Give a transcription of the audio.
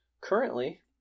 Currently